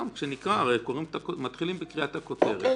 כשנגיע לסעיף הרלוונטי אנחנו חושבים שצריך